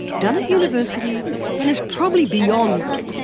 done at university and is probably beyond them.